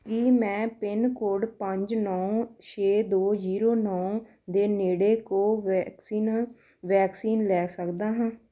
ਕੀ ਮੈਂ pin code ਪੰਜ ਨੌਂ ਛੇ ਦੋ ਜੀਰੋ ਨੌਂ ਦੇ ਨੇੜੇ ਕੋਵੈਕਸਿਨ ਵੈਕਸੀਨ ਲੈ ਸਕਦਾ ਹਾਂ